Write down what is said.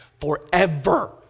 Forever